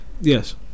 yes